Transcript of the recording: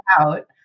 out